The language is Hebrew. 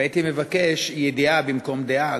הייתי מבקש ידיעה במקום דעה.